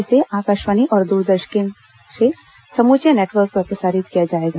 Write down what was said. इसे आकाशवाणी और द्रदर्शन के समूचे नेटवर्क पर प्रसारित किया जाएगा